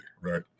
right